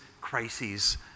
crises